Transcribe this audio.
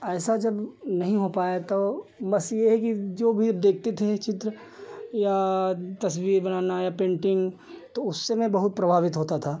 ऐसा जब नहीं हो पाया तो बस यह है कि जो भी देखते थे चित्र या तस्वीर बनाना या पेन्टिन्ग तो उससे मैं बहुत प्रभावित होता था